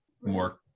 more